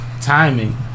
timing